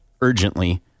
urgently